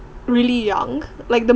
really young like the